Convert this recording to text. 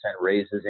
raises